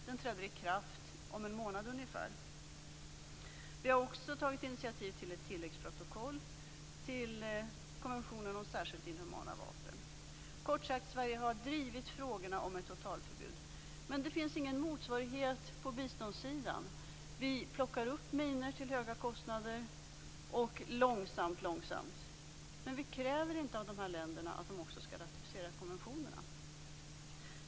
Den träder i kraft om en månad ungefär. Vi har också tagit initiativ till ett tilläggsprotokoll till konventionen om särskilt inhumana vapen. Kort sagt, Sverige har drivit frågorna om ett totalförbud. Men det finns ingen motsvarighet på biståndssidan. Vi plockar långsamt, långsamt upp minor till höga kostnader. Men vi kräver inte av de här länderna att de också skall ratificera konventionerna.